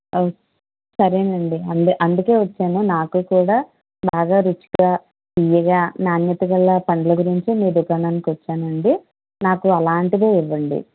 అవు సరేనండి అందు అందుకే వచ్చాను నాకు కూడా బాగా రుచిగా తియ్యగా నాణ్యత గల పళ్ళు గురించే పండ్ల గురించే మీ దుకాణానికి వచ్చానండి నాకు అలాంటివే ఇవ్వండి